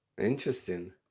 Interesting